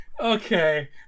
Okay